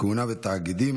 כהונה ותאגידים),